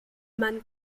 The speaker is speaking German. man